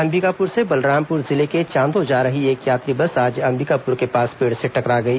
अंबिकापुर से बलरामपुर जिले के चांदो जा रही एक यात्री बस आज अंबिकापुर के पास पेड़ से टकरा गई